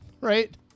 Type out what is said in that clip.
Right